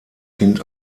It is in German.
kind